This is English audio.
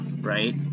right